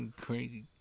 Crazy